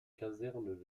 caserne